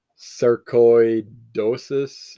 Sarcoidosis